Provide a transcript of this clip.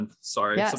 Sorry